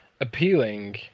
appealing